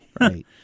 right